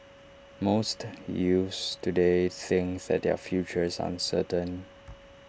most youths today think that their future is uncertain